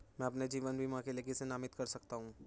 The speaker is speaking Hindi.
मैं अपने जीवन बीमा के लिए किसे नामित कर सकता हूं?